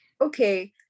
Okay